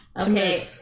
Okay